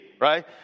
right